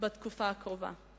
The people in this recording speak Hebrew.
בתקופה הקרובה.